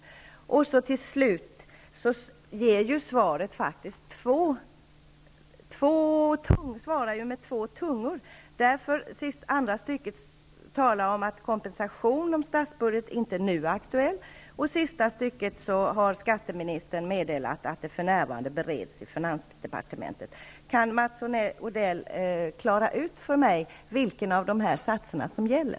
Till slut: Statsrådet svarar faktiskt med två tungor. I det andra stycket talar statsrådet om att kompensation via statsbudgeten inte nu är aktuell. I sista stycket meddelas att skatteministern för närvarande bereder frågan i finansdepartementet. Kan Mats Odell förklara för mig vilken av dessa två satser som gäller?